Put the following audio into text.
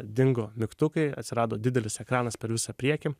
dingo mygtukai atsirado didelis ekranas per visą priekį